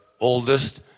oldest